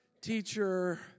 teacher